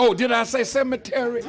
oh did i say cemetery